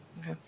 Okay